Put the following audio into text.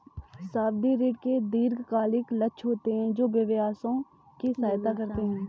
सावधि ऋण के दीर्घकालिक लक्ष्य होते हैं जो व्यवसायों की सहायता करते हैं